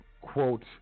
quote